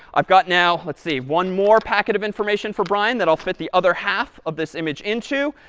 i've got now let's see one more packet of information for brian that i'll fit the other half of this image into.